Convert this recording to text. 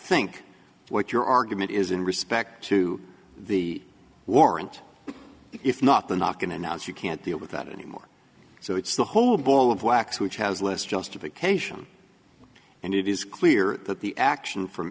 think what your argument is in respect to the warrant if not the knock and announce you can't deal with that anymore so it's the whole ball of wax which has less justification and it is clear that the action from